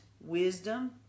Wisdom